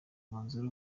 umwanzuro